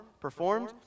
performed